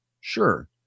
Sure